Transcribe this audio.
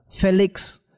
Felix